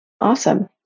Awesome